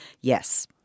yes